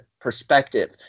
perspective